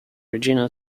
regina